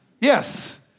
yes